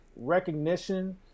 recognition